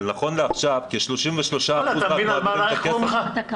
אבל נכון לעכשיו, כ-33% --- אנדרי,